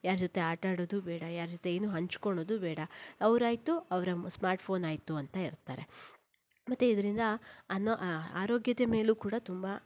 ಯಾರ ಜೊತೆ ಆಟಾಡೋದು ಬೇಡ ಯಾರ ಜೊತೆ ಏನು ಹಂಚ್ಕೊಳ್ಳೋದು ಬೇಡ ಅವರಾಯಿತು ಅವರ ಸ್ಮಾರ್ಟ್ ಫೋನಾಯಿತು ಅಂತ ಇರ್ತಾರೆ ಮತ್ತು ಇದರಿಂದ ಅನ ಆರೋಗ್ಯದ ಮೇಲೂ ಕೂಡ ತುಂಬ